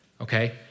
okay